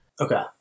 Okay